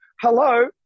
hello